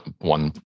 one